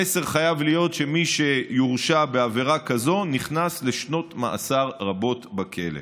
המסר חייב להיות שמי שיורשע בעבירה כזאת נכנס לשנות מאסר רבות בכלא.